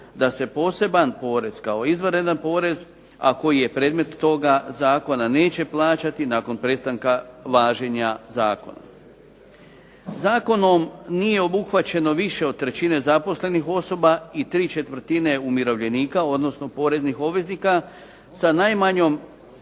da se poseban porez kao izvanredan porez, a koji je predmet toga zakona, neće plaćati nakon prestanka važenja zakona. Zakonom nije obuhvaćeno više od trećine zaposlenih osoba i tri četvrtine umirovljenika, odnosno poreznih obveznika sa najmanjom